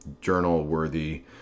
journal-worthy